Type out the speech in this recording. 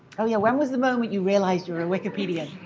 oh yeah, when was the moment you realized you were a wikipedian?